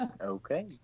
Okay